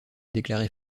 déclaré